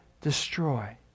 destroy